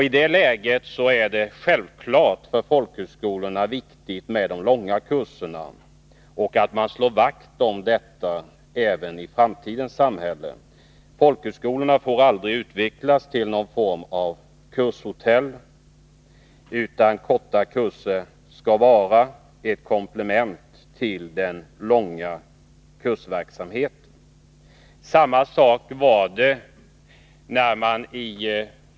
I det läget är självfallet de långa kurserna viktiga för folkhögskolorna, och man bör även i framtidens samhälle slå vakt om dem. Folkhögskolorna får aldrig utvecklas till någon form av kurshotell, utan korta kurser skall vara ett komplement till verksamheten med de för folkhögskolan grundläggande långa kurserna.